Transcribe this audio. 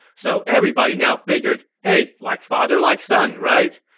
so everybody now figured, hey like father like son, right?